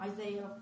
Isaiah